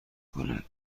کند